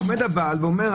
עומד הבעל ואומר,